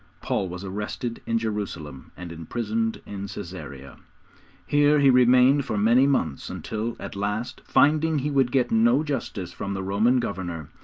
paul was arrested in jerusalem and imprisoned in caesarea. here he remained for many months, until, at last, finding he would get no justice from the roman governor,